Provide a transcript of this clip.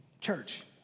church